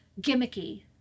gimmicky